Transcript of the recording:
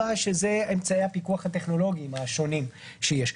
שזה אמצעי הפיקוח הטכנולוגיים השונים שיש.